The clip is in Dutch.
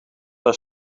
haar